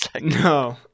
no